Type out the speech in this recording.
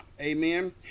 Amen